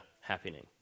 happening